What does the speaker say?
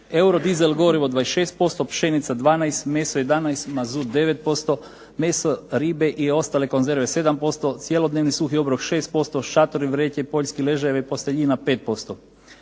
eurodisel gorivo 26%, pšenica 12, meso 11, mazut 9%, meso, ribe i ostale konzerve 7%, cjelodnevni suhi obrok 6%, šatori, vreće, poljski ležajevi, posteljina 5%.